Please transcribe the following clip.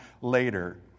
later